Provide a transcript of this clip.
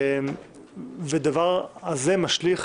והדבר הזה משליך